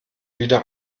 wieder